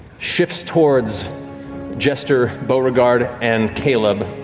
shifts towards jester, beauregard, and caleb,